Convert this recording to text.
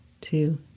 two